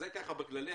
זה בכללי.